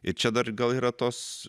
ir čia dar gal yra tos